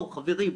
בואו חברים,